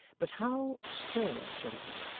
but how sir john?